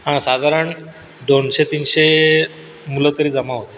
हां साधारण दोनशे तीनशे मुलं तरी जमा होतील